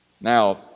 Now